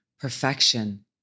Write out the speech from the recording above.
perfection